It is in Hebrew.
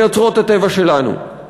מאוצרות הטבע שלנו.